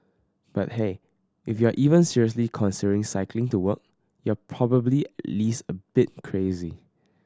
but hey if you're even seriously considering cycling to work you're probably at least a bit crazy